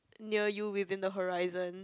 near you within the horizon